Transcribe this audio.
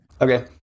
Okay